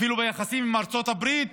אפילו ביחסים עם ארצות הברית